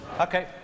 Okay